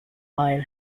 pile